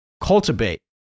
cultivate